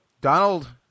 Donald